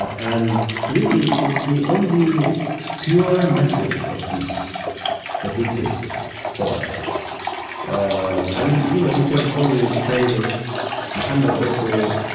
and really it's the only pure message of peace that exists for us and i mean, you know we can always say that mohammed also, you